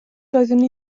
doeddwn